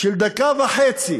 של דקה וחצי